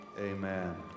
amen